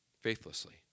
Faithlessly